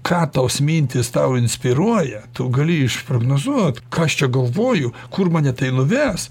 ką tos mintys tau inspiruoja tu gali išprognozuot ką aš čia galvoju kur mane tai nuves